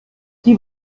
sie